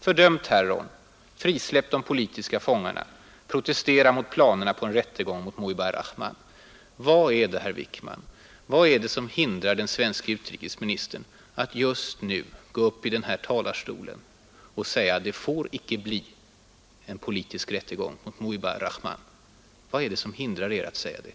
Fördöm terrorn, Kräv frisläppande av de politiska fångarna, Protestera mot planerna på en rättegång mot Mujibur Rahman! Vad är det, herr Wickman, som hindrar den svenske utrikesministern att just nu gå upp i den här talarstolen och säga att det icke får bli en politisk rättegång mot Mujibur Rahman?